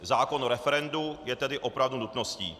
Zákon o referendu je tedy opravdu nutností.